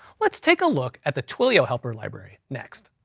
let's take a look at the twilio helper library next.